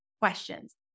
questions